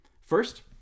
First